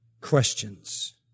questions